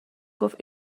گفت